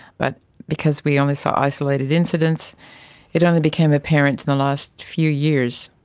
but because we only saw isolated incidents it only became apparent in the last few years.